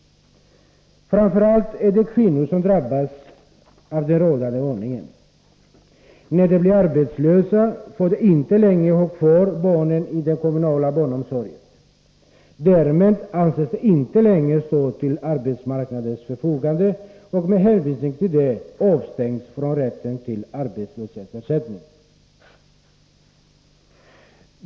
Framför allt är det kvinnor som drabbas av den rådande ordningen. När de blir arbetslösa får de inte längre ha kvar barnen i den kommunala barnomsorgen. Därmed anses de inte längre stå till arbetsmarknadens förfogande, och med hänvisning till detta avstängs de från rätten till arbetslöshetsersättning.